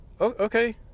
okay